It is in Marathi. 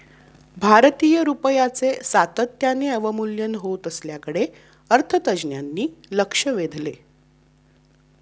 भारतीय रुपयाचे सातत्याने अवमूल्यन होत असल्याकडे अर्थतज्ज्ञांनी लक्ष वेधले